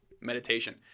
meditation